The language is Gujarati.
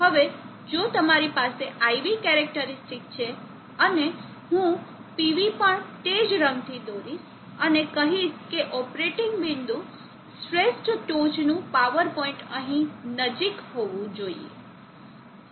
હવે જો તમારી પાસે I V કેરેકટરીસ્ટીક છે અને હું P V પણ તે જ રંગથી દોરીશ અને કહીશ કે ઓપરેટિંગ બિંદુ શ્રેષ્ઠ ટોચનું પાવર પોઇન્ટ અહીં નજીક હોવું જોઈએ